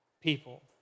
people